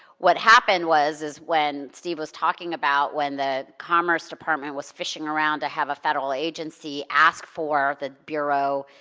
what happened was is when steve was talking about when the commerce department was fishing around to have a federal agency ask for the bureau,